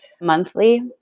monthly